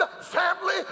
family